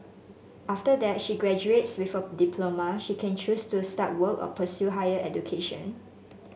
after that she graduates with a diploma she can choose to start work or pursue higher education